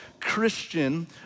Christian